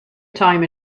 time